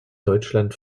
deutschland